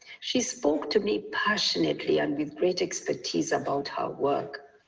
she spoke to me passionately and with great expertise about her work.